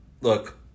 Look